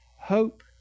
hope